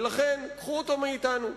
ולכן קחו אותו מאתנו.